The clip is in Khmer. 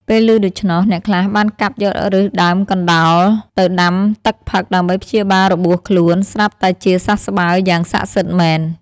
ពេលឮដូច្នោះ អ្នកខ្លះបានកាប់យកឫសដើមកណ្ដោលទៅដាំទឹកផឹកដើម្បីព្យាបាលរបួសខ្លួន ស្រាប់តែជាសះស្បើយយ៉ាងសក្ដិសិទ្ធិមែន។